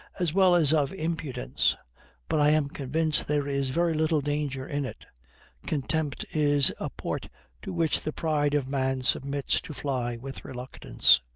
as well as of impudence but i am convinced there is very little danger in it contempt is a port to which the pride of man submits to fly with reluctance,